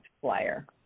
flyer